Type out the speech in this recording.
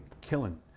killing